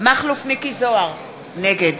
מכלוף מיקי זוהר, נגד